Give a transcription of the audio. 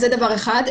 זה דבר אחד.